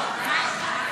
אנחנו עוברים